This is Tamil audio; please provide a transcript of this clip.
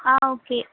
on okay